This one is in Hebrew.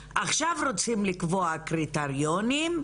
עכשיו רוצים לקבוע קריטריונים לחדשים.